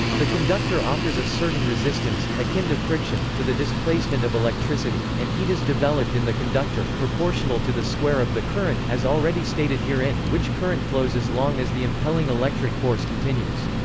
the conductor offers a certain resistance, akin to friction, to the displacement of electricity, and heat is developed in the conductor, proportional to the square of the current as already stated herein, which current flows as long as the impelling electric force continues.